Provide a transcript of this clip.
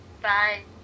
Bye